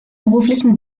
beruflichen